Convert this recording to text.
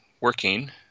working